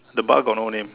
the bar got no name